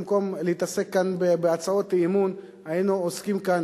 במקום להתעסק כאן בהצעות אי-אמון היינו עוסקים כאן